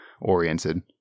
oriented